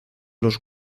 los